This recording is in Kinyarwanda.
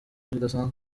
kidasanzwe